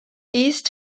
east